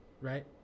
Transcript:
right